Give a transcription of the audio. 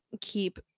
keep